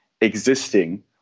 existing